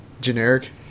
Generic